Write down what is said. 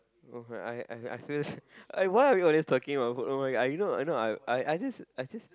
okay I I I feel like why are we always talking about [oh]-my-god you know you know I just I just